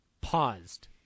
Paused